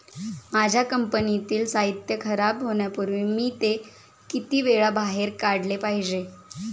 माझ्या कंपनीतील साहित्य खराब होण्यापूर्वी मी ते किती वेळा बाहेर काढले पाहिजे?